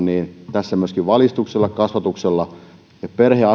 tässä myöskin valistuksella kasvatuksella ja